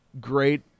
great